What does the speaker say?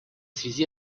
связи